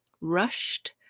rushed